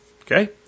Okay